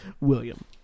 William